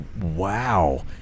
Wow